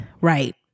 Right